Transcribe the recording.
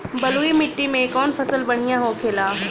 बलुई मिट्टी में कौन फसल बढ़ियां होखे ला?